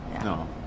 No